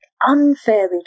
unfairly